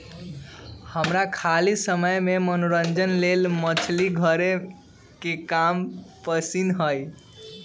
हमरा खाली समय में मनोरंजन लेल मछरी धरे के काम पसिन्न हय